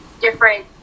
different